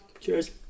Cheers